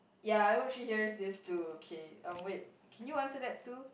ya I hope she hears this too okay um wait can you answer that too